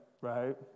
right